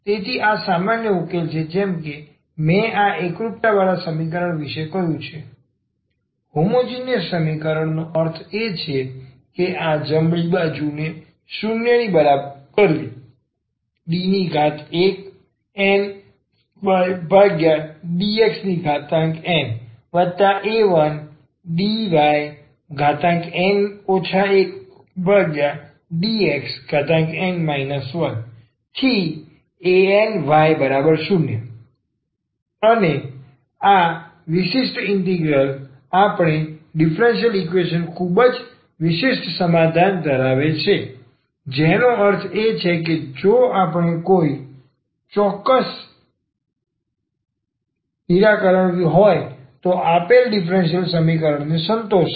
તેથી આ સામાન્ય ઉકેલ છે જેમકે મેં આ એકરૂપતા વાળા સમીકરણ વિશે કહ્યું છે હોમોજીનીયસ સમીકરણ નો અર્થ છે કે આ જમણી બાજુને 0 ની બરાબર કરવી dnydxna1dn 1ydxn 1any0 અને વિશિષ્ટ ઇન્ટિગ્રલ આપેલ ડીફરન્સીયલ ઈકવેશન નો ખૂબ જ વિશિષ્ટ સમાધાન ધરાવશે જેનો અર્થ એ છે કે જો કોઈ કોઈ ચોક્કસ નિરાકરણ હોય તો આ આપેલ ડીફરન્સીયલ સમીકરણને સંતોષશે